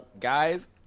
Guys